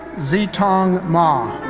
zi-tang ma.